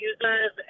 users